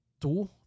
two